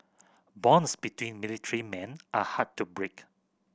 bonds between military men are hard to break